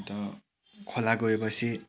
अन्त खोला गएपछि